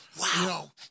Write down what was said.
Wow